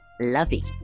lovey